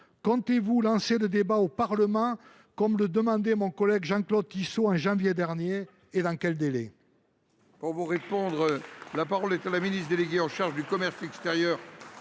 Comptez vous lancer le débat au Parlement comme le demandait mon collègue Jean Claude Tissot en janvier dernier, et dans quel délai ?